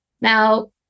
Now